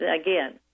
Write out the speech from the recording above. again